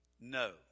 No